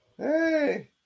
Hey